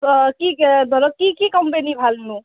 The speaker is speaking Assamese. ধৰক এই ধৰক কি কি কোম্পানী ভালনো